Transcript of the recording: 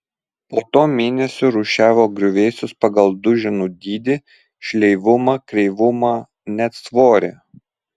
po to mėnesį rūšiavo griuvėsius pagal duženų dydį šleivumą kreivumą net svorį